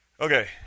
Okay